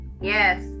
Yes